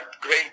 great